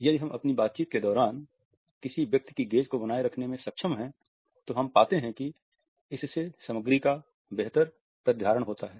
यदि हम अपनी बातचीत के दौरान किसी व्यक्ति की गेज़ को बनाए रखने में सक्षम हैं तो हम पाते हैं कि इससे सामग्री का बेहतर प्रतिधारण होता है